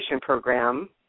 program